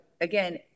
again